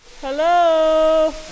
Hello